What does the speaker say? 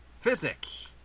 Physics